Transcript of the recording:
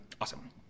Awesome